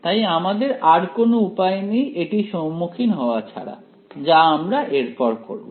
তাই আমাদের আর কোন উপায় নেই এটি সম্মুখীন হওয়া ছাড়া যা আমরা এরপর করব